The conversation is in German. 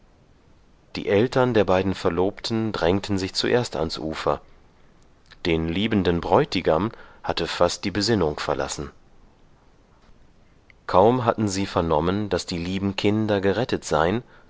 die eltern der beiden verlobten drängten sich zuerst ans ufer den liebenden bräutigam hatte fast die besinnung verlassen kaum hatten sie vernommen daß die lieben kinder gerettet seien